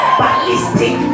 ballistic